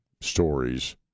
stories